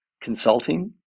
consulting